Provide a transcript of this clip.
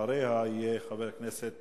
אחריה יהיה חבר הכנסת